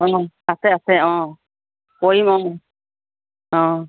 অঁ আছে আছে অঁ কৰিম অঁ অঁ